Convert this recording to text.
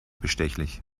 bestechlich